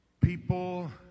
people